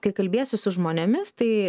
kai kalbiesi su žmonėmis tai